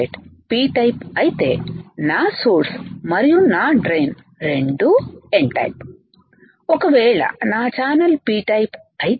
p type అయితే నా source మరియు నా డ్రైన్ రెండూ n టైపు ఒకవేళ నా ఛానల్ pటైపు అయితే